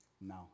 No